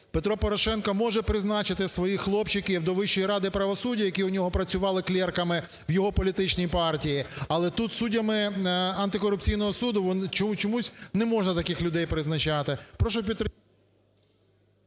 Петро Порошенко може призначити своїх хлопчиків до Вищої ради правосуддя, які у нього працювали клерками, в його політичній партії, але тут суддями антикорупційного суду чомусь не можна таких людей призначати.